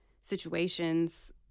situations